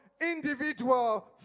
Individual